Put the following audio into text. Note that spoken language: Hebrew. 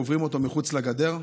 קוברים אותו מחוץ לגדר?